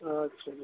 اچھا جناب